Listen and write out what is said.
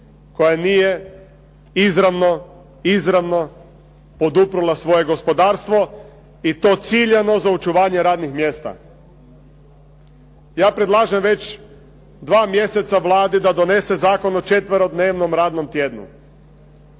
koja nije izravno poduprla svoje gospodarstvo i to ciljano za očuvanje radnih mjesta. Ja predlažem već dva mjeseca Vladi da donese zakon o četverodnevnom radnom tjednu.